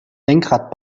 lenkrad